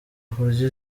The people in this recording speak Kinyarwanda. kurya